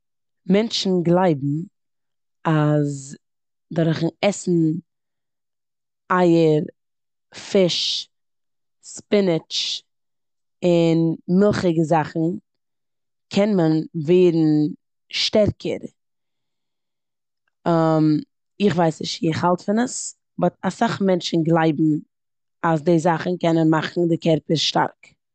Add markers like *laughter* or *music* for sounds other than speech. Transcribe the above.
מענטשן גלייבן אז דורכן עסן אייער, פיש, ספינעטש און מילכיגע זאכן, קען מען ווערן שטערקער. *hesitation* איך ווייס נישט צו איך האלט פון עס אבער אסאך מענטשן גלייבן אז די זאכן קענען מאכן די קערפער שטארק.